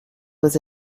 was